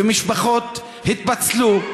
ומשפחות התפצלו,